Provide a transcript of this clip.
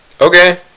Okay